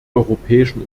europäischen